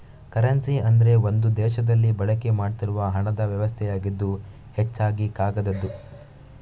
currency ಅಂದ್ರೆ ಒಂದು ದೇಶದಲ್ಲಿ ಬಳಕೆ ಮಾಡ್ತಿರುವ ಹಣದ ವ್ಯವಸ್ಥೆಯಾಗಿದ್ದು ಹೆಚ್ಚಾಗಿ ಕಾಗದದ್ದು